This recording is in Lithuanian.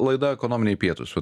laida ekonominiai pietūs vat